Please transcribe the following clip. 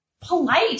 polite